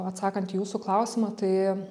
atsakant į jūsų klausimą tai